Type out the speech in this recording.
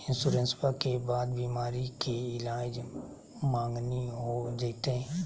इंसोरेंसबा के बाद बीमारी के ईलाज मांगनी हो जयते?